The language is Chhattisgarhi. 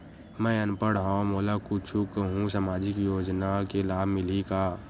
मैं अनपढ़ हाव मोला कुछ कहूं सामाजिक योजना के लाभ मिलही का?